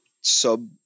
sub